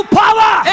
power